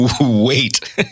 Wait